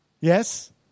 Yes